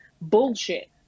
bullshit